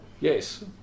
Yes